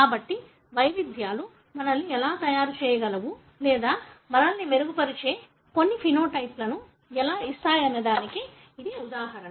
కాబట్టి వైవిధ్యాలు మనల్ని ఎలా తయారు చేయగలవు లేదా మనల్ని మెరుగుపరిచే కొన్ని ఫెనోటైప్ లను ఎలా ఇస్తాయనేదానికి ఇది ఒక ఉదాహరణ